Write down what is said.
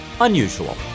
unusual